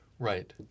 Right